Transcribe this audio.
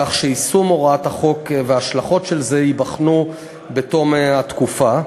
כך שיישום הוראת החוק וההשלכות שלה ייבחנו בתום התקופה,